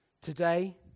Today